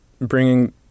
bringing